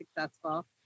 successful